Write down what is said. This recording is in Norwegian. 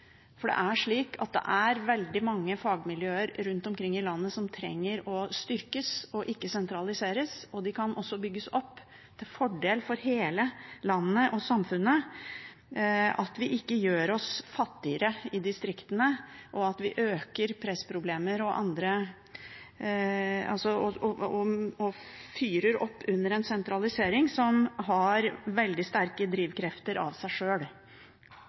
for det er veldig mange fagmiljøer rundt omkring i landet som trenger å styrkes, ikke å sentraliseres, og de kan også bygges opp. Det er til fordel for hele landet og samfunnet at vi ikke gjør oss fattigere i distriktene, og at vi ikke øker pressproblemer og fyrer opp under en sentralisering som har veldig sterke drivkrefter i seg sjøl.